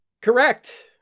Correct